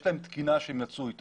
יש להם תקינה שהם יצאו איתה,